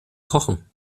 kochen